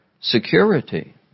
security